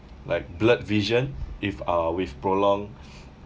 like blurred vision if uh with prolonged